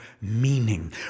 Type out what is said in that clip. meaning